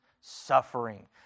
suffering